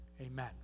Amen